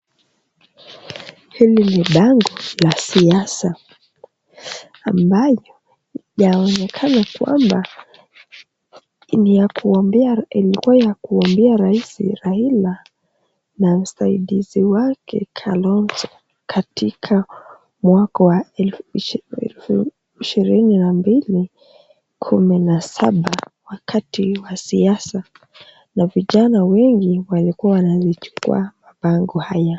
Hili ni bango la siasa ambalo yaonekana kwamba ilikuwa ya kuombea rais Raila na msaidizi wake Kalonzo katika mwaka wa elfu mbili na kumi na saba wakati wa siasa. Na vijana wengi walikuwa wanachukua bango haya.